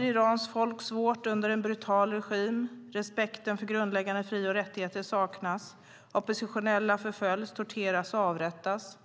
Irans folk lider svårt under en brutal regim. Respekten för grundläggande fri och rättigheter saknas. Oppositionella förföljs, torteras och avrättas.